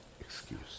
excuse